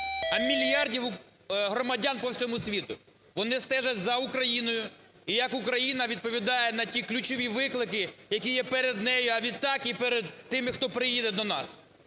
а мільярдів громадян по всьому світу. Вони стежать за Україною і як Україна відповідає на ті ключові виклики, які є перед нею, а відтак і перед тими, хто приїде до нас.